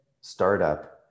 startup